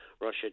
Russia